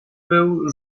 był